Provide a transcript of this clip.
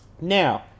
Now